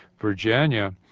Virginia